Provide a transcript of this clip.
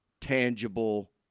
tangible